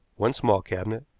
one small cabinet,